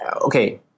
Okay